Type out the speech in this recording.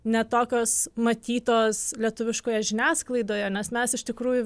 ne tokios matytos lietuviškoje žiniasklaidoje nes mes iš tikrųjų